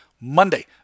Monday